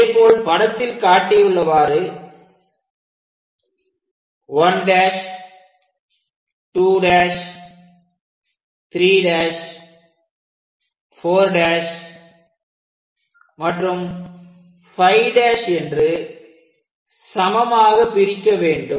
அதேபோல் படத்தில் காட்டியுள்ளவாறு 1' 2' 3' 4' மற்றும் 5' என்று சமமாக பிரிக்க வேண்டும்